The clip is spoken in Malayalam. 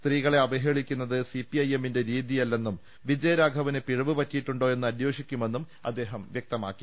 സ്ത്രീകളെ അവഹേളിക്കുന്നത് സിപിഐഎമ്മിന്റെ രീതിയല്ലെന്നും വിജയ രാഘവന് പിഴവ് പറ്റിയിട്ടുണ്ടോയെന്ന് അന്വേഷിക്കുമെന്നും അദ്ദേഹം വ്യക്തമാക്കി